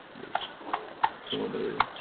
that's formally